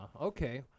Okay